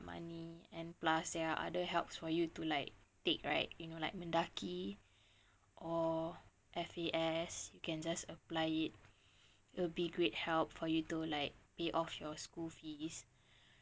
money and plus there are other helps for you to like take right you know like mendaki or F_A_S you can just apply it it'll be great help for you to like pay off your school fees